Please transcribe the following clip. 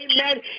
Amen